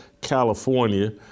California